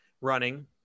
running